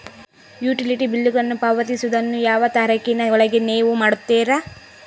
Utility ಬಿಲ್ಲುಗಳನ್ನು ಪಾವತಿಸುವದನ್ನು ಯಾವ ತಾರೇಖಿನ ಒಳಗೆ ನೇವು ಮಾಡುತ್ತೇರಾ?